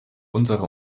unsere